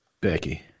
Becky